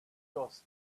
dust